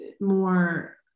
more